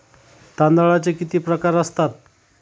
तांदळाचे किती प्रकार असतात?